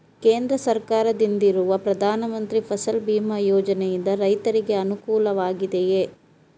ಕೇಂದ್ರ ಸರ್ಕಾರದಿಂದಿರುವ ಪ್ರಧಾನ ಮಂತ್ರಿ ಫಸಲ್ ಭೀಮ್ ಯೋಜನೆಯಿಂದ ರೈತರಿಗೆ ಅನುಕೂಲವಾಗಿದೆಯೇ?